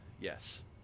yes